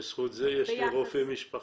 בזכות זה יש לי רופא משפחה,